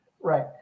Right